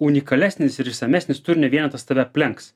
unikalesnis ir išsamesnis turinio vienetas tave aplenks